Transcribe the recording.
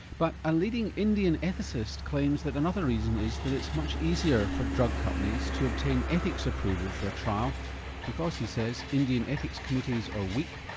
but a leading indian ethicist claims that another reason is that it's much easier for drug companies to obtain ethics approval for a trial because, he says, indian ethics committees are weak,